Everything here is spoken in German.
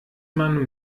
man